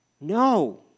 No